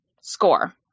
score